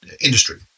industry